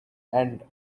and